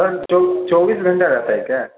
sir चौ चौबीस घंटा रहता है क्या